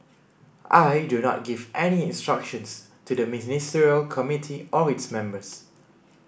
I do not give any instructions to the Ministerial Committee or its members